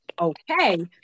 okay